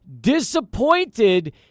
Disappointed